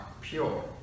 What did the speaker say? pure